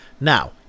now